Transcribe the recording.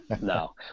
No